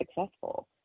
successful